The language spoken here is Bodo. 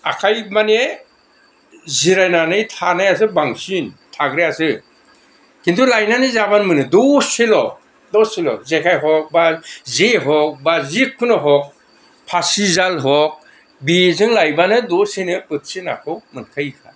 आखाइ माने जिरायनानै थानायासो बांसिन थाग्रायासो खिन्तु लायनानै जाबनो मोनो दसेल' दसेल' जेखाइ ह'ग बा जे ह'ग बा जिखुनु ह'ग फासि जाल ह'ग बेजों लायबानो दसेनो बोथिसे नाखौ मोनखायोखा